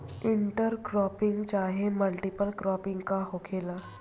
Inter cropping चाहे multiple cropping का होखेला?